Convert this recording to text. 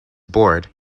bored